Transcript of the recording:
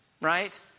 right